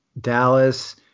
Dallas